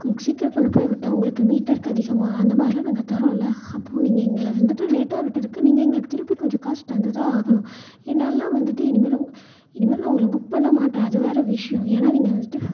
கொஞ்சம் சீக்கரம் கொண்டு போயி விட்டா உங்களுக்கு மீட்டருக்கு அதிகமாக அந்த மாதிரிலாம் நாங்கள் தரோம் இல்லை அப்போது நீங்கள் எங்களை வந்துட்டு லேட்டாக விட்டதுக்கு நீங்கள் எங்களுக்கு திருப்பி கொஞ்சம் காசு தந்து தான் ஆகணும் என்னாலேலாம் வந்துட்டு இனிமேலும் இனிமேல் நான் உங்களை புக் பண்ண மாட்டேன் அது வேற விஷ்யம் ஏன்னால் நீங்கள் வந்துட்டு